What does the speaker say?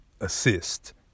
assist